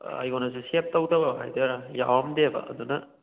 ꯑꯩꯉꯣꯟꯗꯁꯨ ꯁꯦꯞ ꯇꯧꯗꯕ ꯍꯥꯏꯗꯣꯏꯔ ꯌꯥꯎꯔꯝꯗꯦꯕ ꯑꯗꯨꯅ